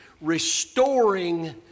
restoring